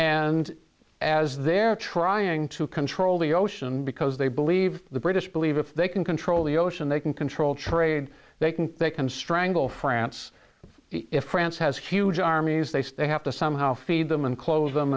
and as they're trying to control the ocean because they believe the british believe if they can control the ocean they can control trade they can they can strangle france if france has huge armies they have to somehow feed them and close them